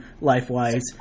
life-wise